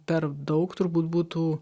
per daug turbūt būtų